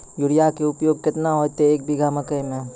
Urea के उपयोग केतना होइतै, एक बीघा मकई मे?